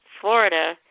Florida